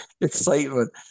excitement